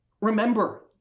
Remember